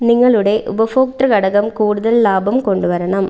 നിങ്ങളുടെ ഉപഭോക്ത ഘടകം കൂടുതൽ ലാഭം കൊണ്ടു വരണം